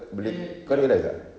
eh ya